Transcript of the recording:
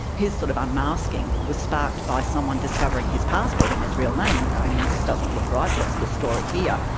his sort of unmasking was sparked by someone discovering his passport and his real name and going, well, this doesn't look right, what's the story here?